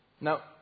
Now